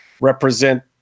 represent